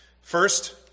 First